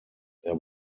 there